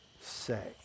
say